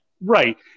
Right